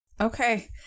Okay